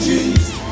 Jesus